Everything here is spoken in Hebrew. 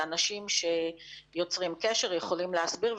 אלה אנשים שיוצרים קשר ויכולים להסביר,